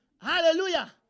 Hallelujah